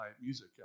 music